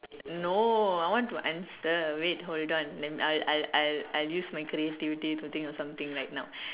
no I want to answer wait hold on let me I'll I'll I'll use my creativity to think of something right now